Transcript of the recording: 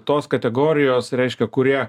tos kategorijos reiškia kurie